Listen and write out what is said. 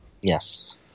Yes